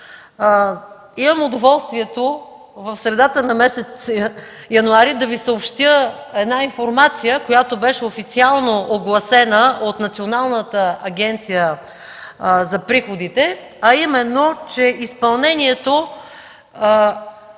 Имам удоволствието в средата на месец януари да Ви съобщя една информация, която беше официално огласена от Националната агенция за приходите, а именно че изпълнението